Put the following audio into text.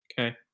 Okay